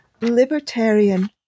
libertarian